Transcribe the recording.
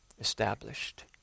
established